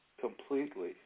completely